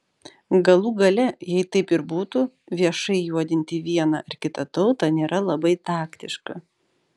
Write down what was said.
galų gale jei taip ir būtų viešai juodinti vieną ar kitą tautą nėra labai taktiška